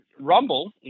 rumble